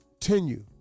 continue